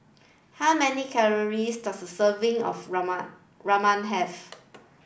how many calories does a serving of Ramen Ramen have